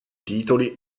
titoli